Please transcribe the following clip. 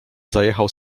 zajechał